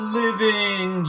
living